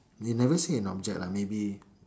they never say an object lah maybe